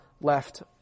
left